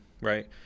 right